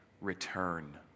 return